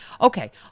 Okay